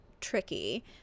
tricky